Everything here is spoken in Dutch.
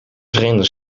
verenigde